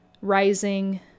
rising